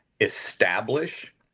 establish